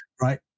Right